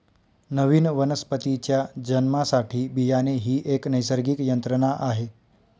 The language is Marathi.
नवीन वनस्पतीच्या जन्मासाठी बियाणे ही एक नैसर्गिक यंत्रणा आहे